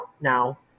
now